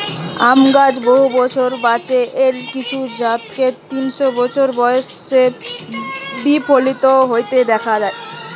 আম গাছ বহু বছর বাঁচে, এর কিছু জাতকে তিনশ বছর বয়সে বি ফলবতী হইতে দিখা যায়